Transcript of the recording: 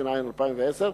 התש"ע 2010,